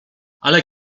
ale